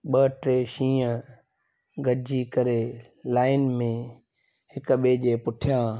ॿ टे शींहं गॾिजी करे लाइन में हिक ॿिए जे पुठियां